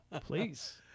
Please